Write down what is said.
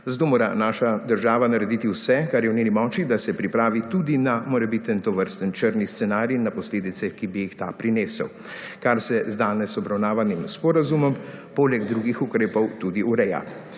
zato mora naša država narediti vse, kar je v njeni moči, da se pripravi tudi na morebiten tovrsten črni scenarij na posledice, ki bi jih ta prinesel, kar se danes z obravnavanim sporazumom poleg drugih ukrepov tudi ureja.